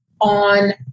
on